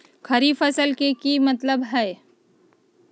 खरीफ फसल के की मतलब होइ छइ?